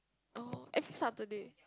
oh every Saturday